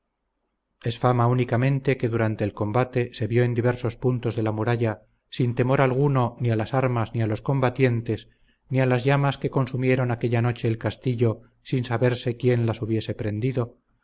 es fama únicamente que durante el combate se vio en diversos puntos de la muralla sin temor alguno ni a las armas ni a los combatientes ni a las llamas que consumieron aquella noche el castillo sin saberse quién las hubiese prendido